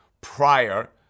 prior